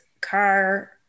car